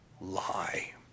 lie